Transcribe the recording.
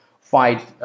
fight